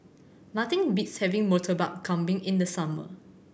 nothing beats having Murtabak Kambing in the summer